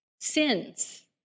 sins